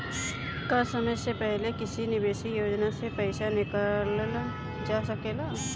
का समय से पहले किसी निवेश योजना से र्पइसा निकालल जा सकेला?